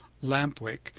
lamp-wick,